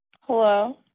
Hello